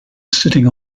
sitting